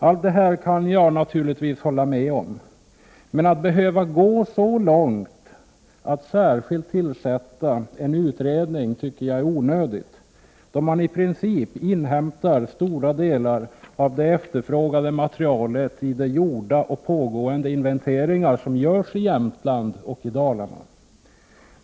Allt detta här kan jag naturligtvis hålla med om, men att behöva gå så långt som att tillsätta en särskild utredning tycker jag är onödigt, då man i princip kan inhämta stora delar av det efterfrågade materialet i de gjorda och pågående inventeringarna i Jämtland och Dalarna.